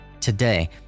today